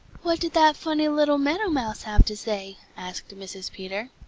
what did that funny little meadow mouse have to say? asked mrs. peter.